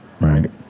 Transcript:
right